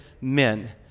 men